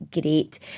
great